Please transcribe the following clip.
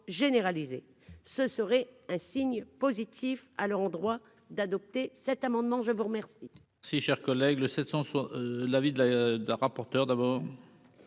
ce serait un signe positif alors en droit d'adopter cet amendement, je vous remercie.